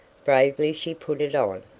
bravely she put it on.